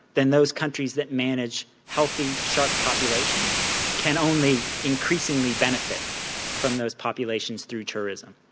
then those countries that manage healthy shark populations can only increasingly benefit from those populations through tourism.